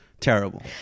Terrible